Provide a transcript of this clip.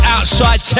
Outside